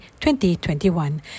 2021